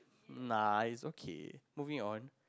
nice okay moving on